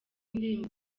indirimbo